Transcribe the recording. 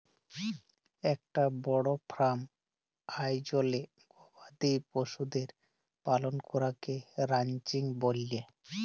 একটা বড় ফার্ম আয়জলে গবাদি পশুদের পালন করাকে রানচিং ব্যলে